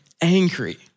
angry